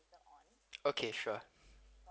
okay sure